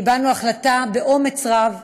קיבלנו החלטה באומץ רב,